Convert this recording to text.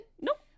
Nope